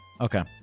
Okay